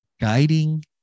guiding